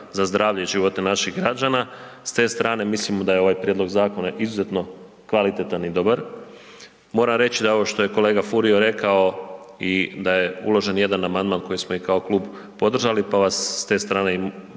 za zdravlje i živote naših građana. S te strane mislimo da je ovaj prijedlog zakona izuzetno kvalitetan i dobar. Moram reći da ovo što je kolega Furio rekao i da je uložen jedan amandman koji smo i kao klub podržali pa vas s te strane